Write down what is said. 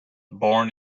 born